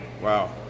Wow